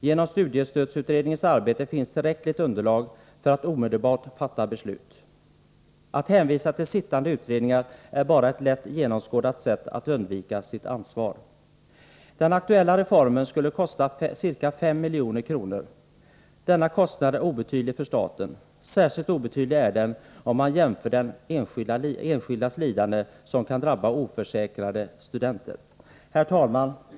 Genom studiestödsutredningens arbete finns tillräckligt underlag för att omedelbart fatta beslut. Att hänvisa till sittande utredningar är bara ett lätt genomskådat sätt att undvika sitt ansvar. Den aktuella reformen skulle kosta ca 5 milj.kr. Denna kostnad är obetydlig för staten. Särskilt obetydlig är den om man jämför med den enskildes lidande som kan drabba oförsäkrade studenter. Herr talman!